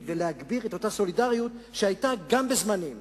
ולהגביר את אותה סולידריות שהיתה גם בזמננו,